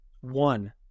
one